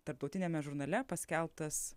tarptautiniame žurnale paskelbtas